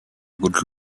good